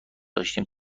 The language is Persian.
داشتیم